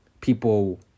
people